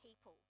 people